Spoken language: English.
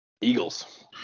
Eagles